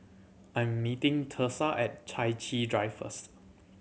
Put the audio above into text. I'm meeting Thursa at Chai Chee Drive first